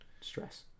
Stress